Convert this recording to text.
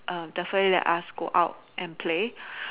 err definitely let us go out and play